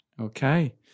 Okay